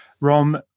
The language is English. Rom